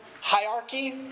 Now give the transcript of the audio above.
hierarchy